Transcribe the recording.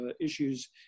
issues